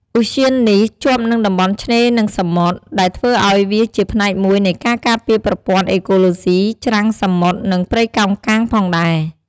ឧទ្យាននេះជាប់នឹងតំបន់ឆ្នេរនិងសមុទ្រ ដែលធ្វើឱ្យវាជាផ្នែកមួយនៃការការពារប្រព័ន្ធអេកូឡូស៊ីច្រាំងសមុទ្រ និងព្រៃកោងកាងផងដែរ។